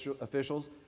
officials